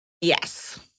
Yes